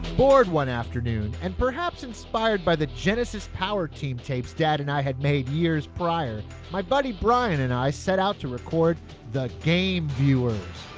board one afternoon, and perhaps inspired by the genesis power team dad and i had made years prior my buddy bryan and i set out to record the game viewers